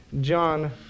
John